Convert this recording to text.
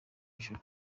ijuru